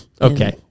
Okay